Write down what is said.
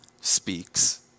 speaks